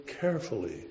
carefully